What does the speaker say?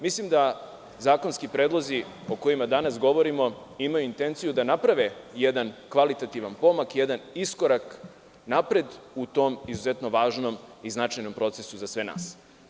Mislim da zakonski predlozi o kojima danas govorimo imaju intenciju da naprave jedan kvalitativan pomak, jedan iskorak napred u tom izuzetnom važnom i značajnom procesu za sve nas.